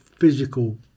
physical